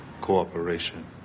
Cooperation